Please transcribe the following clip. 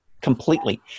completely